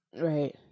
Right